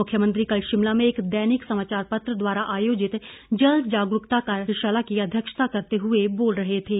मुख्यमंत्री कल शिमला में दैनिक समाचार पत्र द्वारा आयोजित जल जागरूकता कार्यशाला की अध्यक्षता करते हुए बोल रहे थे